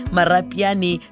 Marapiani